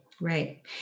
Right